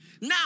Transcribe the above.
Now